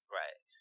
right